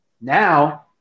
Now